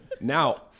Now